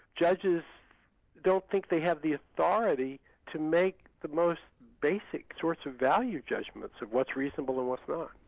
judges don't think they have the authority to make the most basic sorts of value judgments of what's reasonable and what's not.